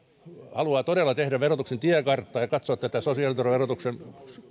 haluaa todella tehdä verotuksen tiekarttaa ja katsoa tätä sosiaaliturvan ja verotuksen